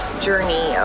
journey